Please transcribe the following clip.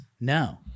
No